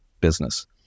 business